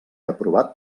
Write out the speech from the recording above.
aprovat